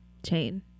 Chain